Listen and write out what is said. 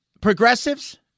progressives